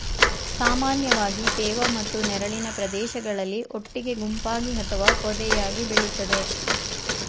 ಸಾಮಾನ್ಯವಾಗಿ ತೇವ ಮತ್ತು ನೆರಳಿನ ಪ್ರದೇಶಗಳಲ್ಲಿ ಒಟ್ಟಿಗೆ ಗುಂಪಾಗಿ ಅಥವಾ ಪೊದೆಯಾಗ್ ಬೆಳಿತದೆ